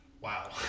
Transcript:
Wow